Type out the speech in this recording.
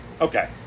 Okay